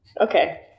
Okay